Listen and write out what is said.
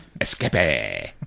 Escape